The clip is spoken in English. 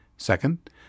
Second